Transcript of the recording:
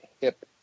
hip